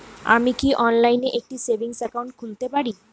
আমি কি অনলাইন একটি সেভিংস একাউন্ট খুলতে পারি?